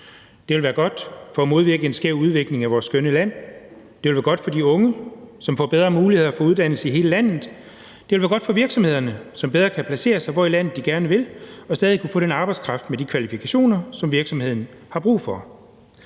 Det vil være godt for at modvirke en skæv udvikling af vores skønne land; det vil være godt for de unge, som får bedre muligheder for uddannelse i hele landet; det vil være godt for virksomhederne, som bedre kan placere sig i landet, hvor de vil, og stadig vil kunne få den arbejdskraft med de kvalifikationer, som den enkelte virksomhed har brug for.